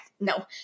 No